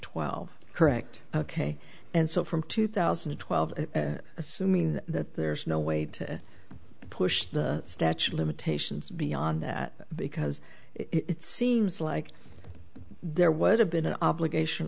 twelve correct ok and so from two thousand and twelve assuming that there's no way to push the statute limitations beyond that because it seems like there would have been an obligation